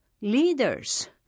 leaders